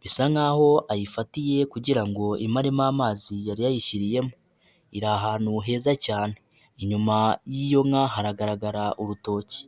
bisa nk'aho ayifatiye kugira ngo imaremo amazi yari yayishyiriyemo, iri ahantu heza cyane, inyuma y'iyo nka haragaragara urutoki.